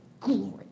glory